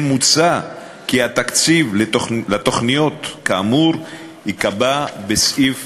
כן מוצע כי התקציב לתוכניות כאמור ייקבע בסעיף